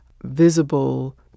visible